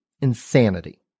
insanity